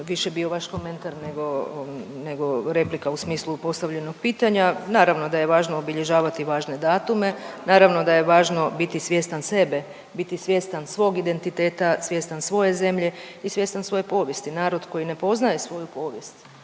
više bio vaš komentar nego, nego replika u smislu postavljenog pitanja. Naravno da je važno obilježavati važne datume, naravno da je važno biti svjestan sebe, biti svjestan svog identiteta, svjestan svoje zemlje i svjestan svoje povijesti. Narod koji ne poznaje svoju povijest